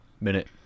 Minute